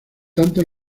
tanto